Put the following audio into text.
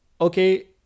okay